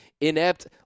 inept